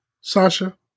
Sasha